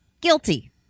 Guilty